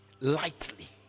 lightly